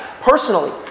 personally